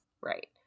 Right